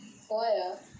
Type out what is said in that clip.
why ah